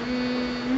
mm